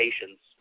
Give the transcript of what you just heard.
patients